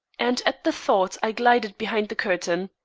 and at the thought i glided behind the curtain.